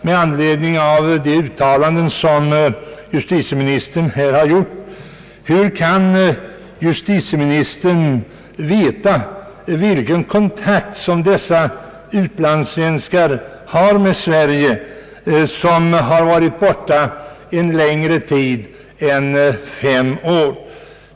Med anledning av de uttalanden som justitieministern har gjort skulle jag vilja fråga: Hur kan justitieministern veta vilken kontakt med Sverige dessa utlandssvenskar har som varit borta längre tid än fem år?